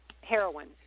heroin